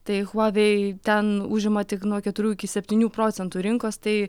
tai huawei ten užima tik nuo keturių iki septynių procentų rinkos tai